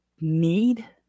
need